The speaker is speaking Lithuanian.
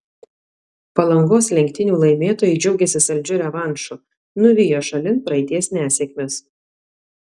palangos lenktynių laimėtojai džiaugiasi saldžiu revanšu nuvijo šalin praeities nesėkmes